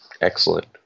excellent